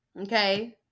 Okay